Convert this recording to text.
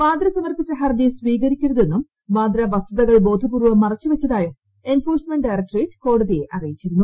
വാദ്ര സമർപ്പിച്ച ഹർജി സ്വീകരിക്കരുതെന്നും വാദ്ര വസ്തുതകൾ ബോധപൂർവ്വം മറച്ച് വച്ചതായും എൻഫോഴ്സ്മെന്റ് ഡയറക്ട്രേറ്റ് കോടതിയെ അറിയിച്ചിരുന്നു